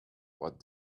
what